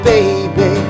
Baby